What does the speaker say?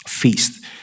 feast